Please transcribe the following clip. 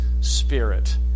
spirit